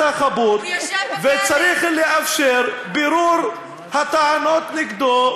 החפות וצריך לאפשר בירור הטענות נגדו,